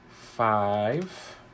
five